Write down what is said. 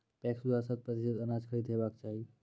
PACS द्वारा शत प्रतिसत अनाज खरीद हेवाक चाही?